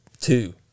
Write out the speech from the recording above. two